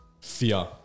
fear